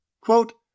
Quote